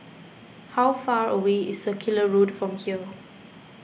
how far away is Circular Road from here